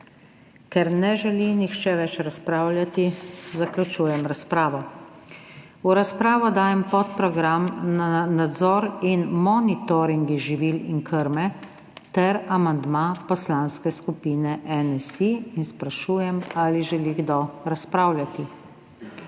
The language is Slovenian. Ker ne želi nihče več razpravljati, zaključujem razpravo. V razpravo dajem podprogram Nadzor in monitoringi živil in krme ter amandma Poslanske skupine NSi in sprašujem, ali želi kdo razpravljati.